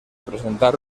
presentar